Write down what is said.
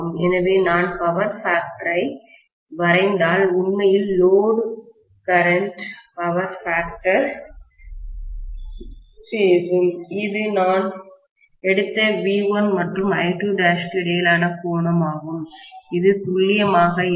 எனவே நான் பவர் ஃபேக்டரைசக்தி காரணியை வரைந்தால் உண்மையில் லோடு கரண்ட் பவர் ஃபேக்டர்சக்தி காரணி பேசும் இது நான் எடுத்த V1 மற்றும் I2'க்கு இடையிலான கோணமாகும் இது துல்லியமாக இல்லை